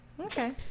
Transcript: Okay